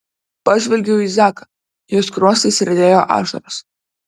pažvelgiau į zaką jo skruostais riedėjo ašaros